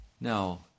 Now